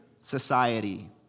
society